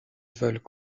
veulent